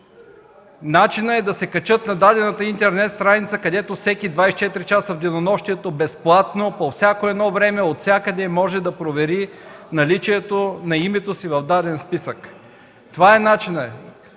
начинът да се качат на дадената интернет страница, където всеки 24 часа в денонощието безплатно, по всяко време, отвсякъде може да се провери наличието на име в даден списък. Това е начинът.